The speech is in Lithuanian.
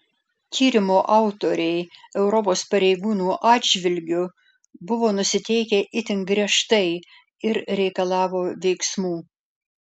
tyrimo autoriai europos pareigūnų atžvilgiu buvo nusiteikę itin griežtai ir reikalavo veiksmų